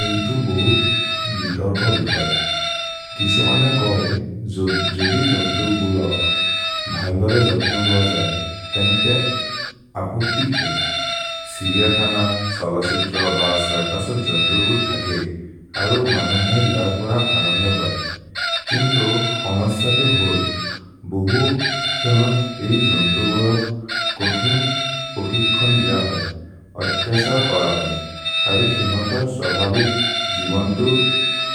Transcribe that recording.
एइ तु बहुत् बितोर्को बिखोय्। किसो मन कोय्, जोदि जोन्तु बुरोक् भल्दरे जत्नो लुअ जै, तेन् ते अपोति क्यो। सिव्य खन, सलसित्र ब सर्कस जोन्तु बुर् थके, अरु मनु है यार् पर अनन्द बै। किन्तो हमस तु होल्, बहु खेनोद् एइ जोन्तु बुरोक् कोथिन् पोखिक्खोन् दिअ होय्, अत्यसर् कोर होय्, अरु खेनोतर् सभविक् जिबन्तु